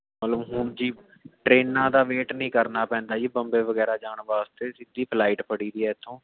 ਮਤਲਬ ਹੁਣ ਜੀ ਟਰੇਨਾਂ ਦਾ ਵੇਟ ਨਹੀਂ ਕਰਨਾ ਪੈਂਦਾ ਜੀ ਬੰਬੇ ਵਗੈਰਾ ਜਾਣ ਵਾਸਤੇ ਸਿੱਧੀ ਫਲਾਈਟ ਫੜੀ ਦੀ ਹੈ ਇੱਥੋਂ